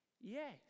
Yes